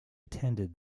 attended